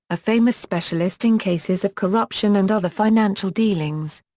a famous specialist in cases of corruption and other financial dealings.